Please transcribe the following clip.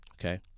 Okay